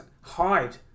hide